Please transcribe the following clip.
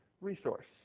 resource